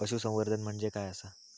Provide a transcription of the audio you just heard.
पशुसंवर्धन म्हणजे काय आसा?